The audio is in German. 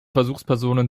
versuchspersonen